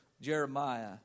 Jeremiah